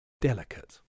delicate